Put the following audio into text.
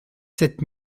sept